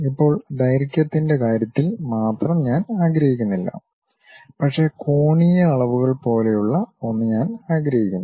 ഇപ്പോൾ ദൈർഘ്യത്തിന്റെ കാര്യത്തിൽ മാത്രം ഞാൻ ആഗ്രഹിക്കുന്നില്ല പക്ഷേ കോണീയ അളവുകൾ പോലെയുള്ള ഒന്ന് ഞാൻ ആഗ്രഹിക്കുന്നു